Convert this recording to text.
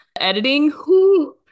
Editing